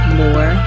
more